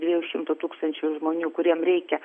dviejų šimtų tūkstančių žmonių kuriem reikia